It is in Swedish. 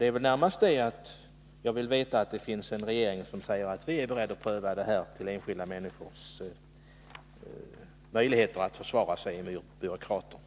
Vad jag närmast vill veta är om vi har en regering som är beredd att ta hänsyn till enskilda människors möjligheter att försvara sig mot byråkraterna.